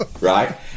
right